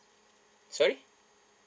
sorry